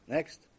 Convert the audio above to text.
Next